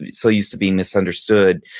so used to being misunderstood,